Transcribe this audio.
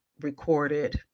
recorded